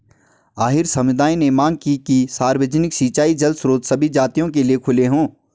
अहीर समुदाय ने मांग की कि सार्वजनिक सिंचाई जल स्रोत सभी जातियों के लिए खुले हों